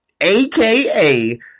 aka